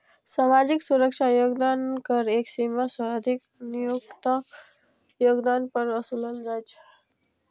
सामाजिक सुरक्षा योगदान कर एक सीमा सं अधिक नियोक्ताक योगदान पर ओसूलल जाइ छै